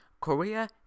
Korea